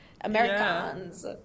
Americans